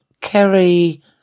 Kerry